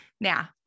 Now